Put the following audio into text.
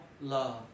love